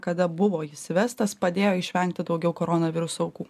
kada buvo jis vestas padėjo išvengti daugiau koronaviruso aukų